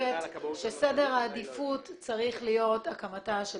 אני אחראי על